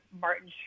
Martin